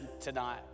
tonight